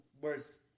words